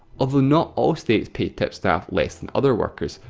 although not all states pay tipped staff less than other workers.